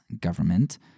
government